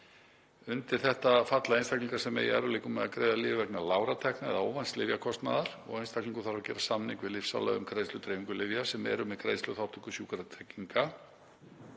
Undir þetta falla einstaklingar sem eiga í erfiðleikum með að greiða lyf vegna lágra tekna eða óvænts lyfjakostnaðar. Einstaklingur þarf að gera samning við lyfsala um greiðsludreifingu lyfja sem eru með greiðsluþátttöku Sjúkratrygginga.